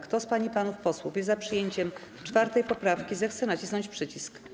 Kto z pań i panów posłów jest za przyjęciem 4. poprawki, zechce nacisnąć przycisk.